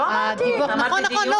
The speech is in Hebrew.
לא כך אמרתי, לא אמרתי דיון אפילו.